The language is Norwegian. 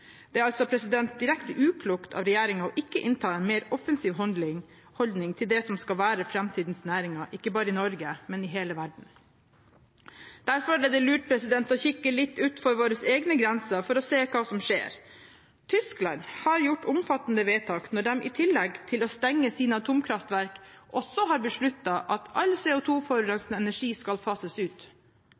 Det er altså direkte uklokt av regjeringen ikke å innta en mer offensiv holdning til det som skal være framtidens næringer ikke bare i Norge, men i hele verden. Derfor er det lurt å kikke litt utenfor våre egne grenser for å se hva som skjer. Tyskland har gjort omfattende vedtak når de i tillegg til å stenge sine atomkraftverk også har besluttet at all CO2-forurensende energi skal fases ut.